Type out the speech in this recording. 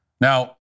Now